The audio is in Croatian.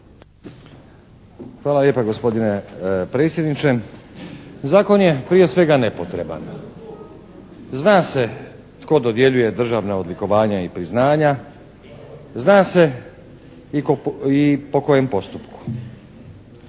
Hvala lijepa gospodine predsjedniče. Zakon je prije svega nepotreban. Zna se tko dodjeljuje državna odlikovanja i priznanja. Zna se i po kojem postupku.